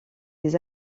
des